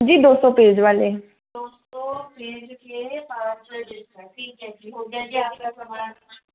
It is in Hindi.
जी दो सौ पेज वाले दो सौ पेज़ के पाँच रजिस्टर ठीक है जी हो गया जी आपका सामान